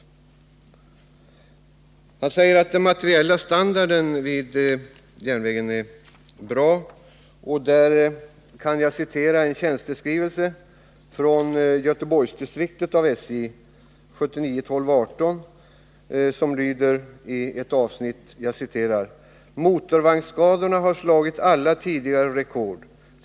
Herr Clarkson sade att den materiella standarden vid SJ är bra. Här kan jag citera en tjänsteskrivelse från SJ:s Göteborgsdistrikt 79-12-18. Där står bl.a. följande: ”Motorvagnsskadorna har slagit alla tidigare rekord.